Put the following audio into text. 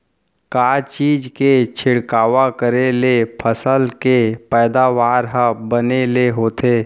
का चीज के छिड़काव करें ले फसल के पैदावार ह बने ले होथे?